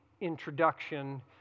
introduction